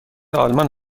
آلمان